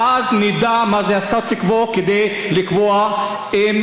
ואז נדע מה זה הסטטוס-קוו כדי לקבוע אם